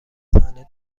صحنه